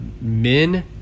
men